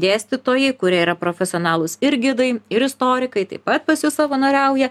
dėstytojai kurie yra profesionalūs ir gidai ir istorikai taip pat pas jus savanoriauja